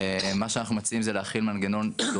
מה שאנחנו מציעים זה להחיל מנגנון שהוא